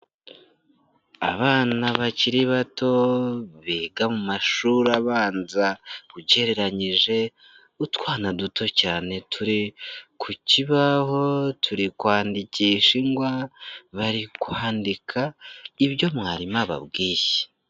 Abana bakiri bato biga mu mashuri abanza ugereranyije, utwana duto cyane turi ku kibaho turi kwandikisha ingwa, bari kwandika ibyo mwarimu ababwiye.